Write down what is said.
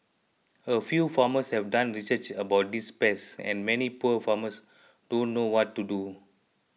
a few farmers have done research about these pests and many poor farmers don't know what to do